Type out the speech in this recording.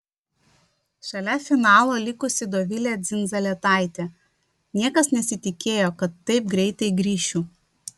šalia finalo likusi dovilė dzindzaletaitė niekas nesitikėjo kad taip greitai grįšiu